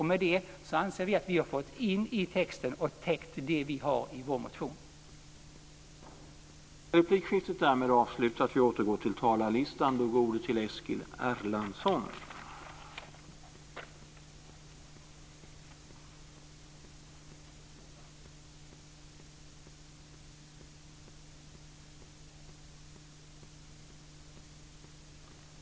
Med detta anser vi att vi har fått in innehållet i vår motion i utskottets text.